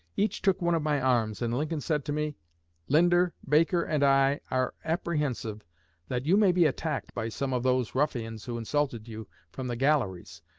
each took one of my arms, and lincoln said to me linder, baker and i are apprehensive that you may be attacked by some of those ruffians who insulted you from the galleries,